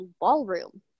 ballroom